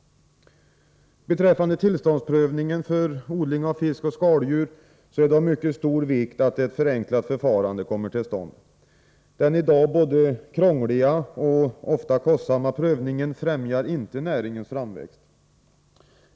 Beträffande tillståndsprövning för odling av fisk och skaldjur är det av mycket stor vikt att ett förenklat förfarande kommer till stånd. Den i dag både krångliga och ofta kostsamma prövningen främjar inte näringens framväxt.